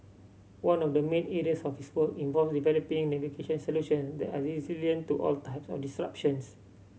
one of the main areas of his work involves developing navigation solution that are resilient to all the types of disruptions